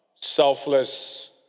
selfless